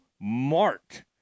Mart